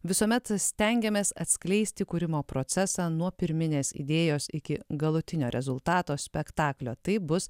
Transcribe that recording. visuomet stengiamės atskleisti kūrimo procesą nuo pirminės idėjos iki galutinio rezultato spektaklio taip bus